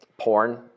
porn